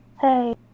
Hey